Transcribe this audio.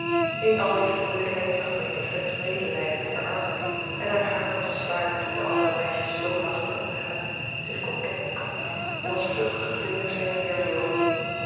in al die vriendelijkheid zag meta slechts medelijden met haar armoede en haar hart was zwaar toen de andere meisjes zoo lachten en praatten zich coquet kapten en als vluchtige vlinders heen en weer vlogen